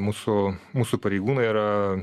mūsų mūsų pareigūnai yra